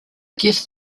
guess